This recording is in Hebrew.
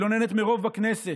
היא לא נהנית מרוב בכנסת.